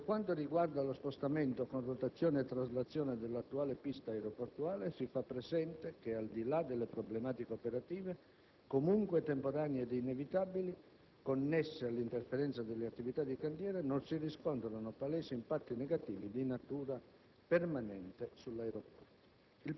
Per quanto riguarda lo spostamento con rotazione e traslazione dell'attuale pista aeroportuale, si fa presente che, al di là delle problematiche operative, comunque temporanee ed inevitabili, connesse all'interferenza delle attività di cantiere, non si riscontrano palesi impatti negativi di natura permanente sull'aeroporto.